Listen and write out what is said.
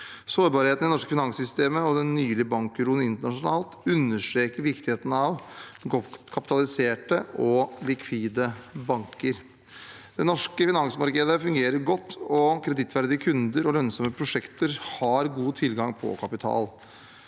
Sårbarhetene i det norske finanssystemet og den nylige bankuroen internasjonalt understreker viktigheten av godt kapitaliserte og likvide banker. Det norske finansmarkedet fungerer godt, og kredittverdige kunder og lønnsomme prosjekter har god tilgang på kapital.